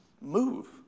move